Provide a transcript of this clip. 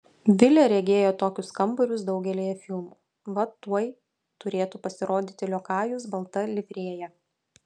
vilė regėjo tokius kambarius daugelyje filmų va tuoj turėtų pasirodyti liokajus balta livrėja